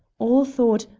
all thought,